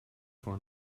for